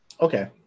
okay